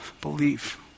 belief